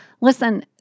Listen